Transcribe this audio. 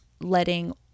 letting